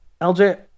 LJ